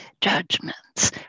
judgments